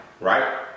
right